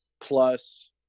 plus